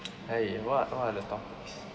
eh what what are the topics